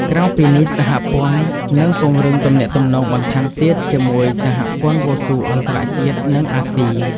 ក្រៅពីនេះសហព័ន្ធនឹងពង្រឹងទំនាក់ទំនងបន្ថែមទៀតជាមួយសហព័ន្ធវ៉ូស៊ូអន្តរជាតិ និងអាស៊ី។